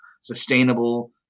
sustainable